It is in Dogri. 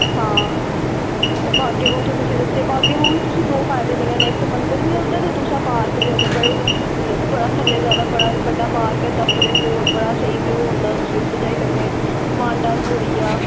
हां ते बाग ए बहु ते तुस रस्ते बाग ए बहु बी तुस दो फायदे मिलने इक ते मंदर बी ऐ उद्धर ते दूसरा पार्क बी ऐ उद्धर बड़े बड़ा थ'ल्ले ज्यादा बड़ा बड्डा पार्क ऐ तवी दे कोल बड़ा स्हेई व्यू होंदा तुस उद्धर जाई सकने मांडा जू होई गेआ